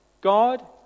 God